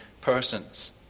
persons